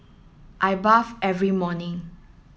I bath every morning